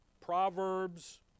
Proverbs